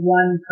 one